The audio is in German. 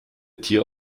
tier